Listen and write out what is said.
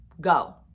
go